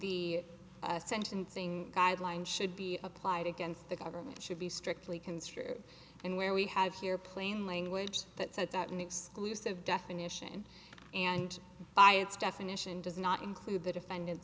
e sentencing guidelines should be applied against the government should be strictly construed and where we have here plain language that said that an exclusive definition and by its definition does not include the defendant